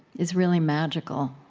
is really magical,